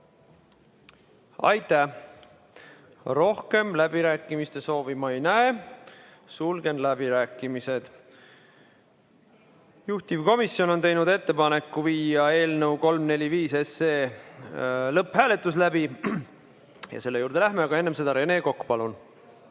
Aitäh! Rohkem läbirääkimiste soovi ma ei näe. Sulgen läbirääkimised. Juhtivkomisjon on teinud ettepaneku viia läbi eelnõu 345 lõpphääletus ja selle juurde me läheme, aga enne seda, Rene Kokk, palun!